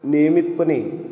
नियमितपणे